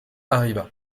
arriva